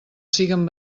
siguen